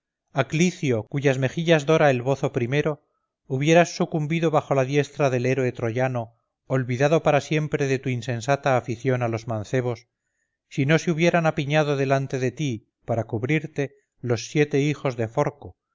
clicio cuyas mejillas dora el bozo primero hubieras sucumbido bajo la diestra del héroe troyano olvidado para siempre de tu insensata afición a los mancebos si no se hubieran apiñado delante de ti para cubrirte los siete hijos de forco